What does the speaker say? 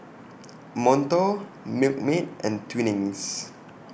Monto Milkmaid and Twinings